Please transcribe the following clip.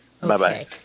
Bye-bye